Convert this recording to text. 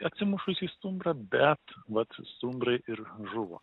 atsimušus į stumbrą bet vat stumbrai ir žuvo